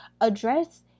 address